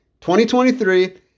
2023